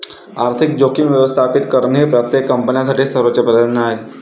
आर्थिक जोखीम व्यवस्थापित करणे हे प्रत्येक कंपनीसाठी सर्वोच्च प्राधान्य आहे